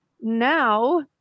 now